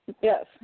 yes